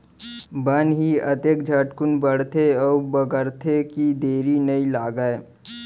बन ही अतके झटकुन बाढ़थे अउ बगरथे कि देरी नइ लागय